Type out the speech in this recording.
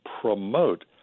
promote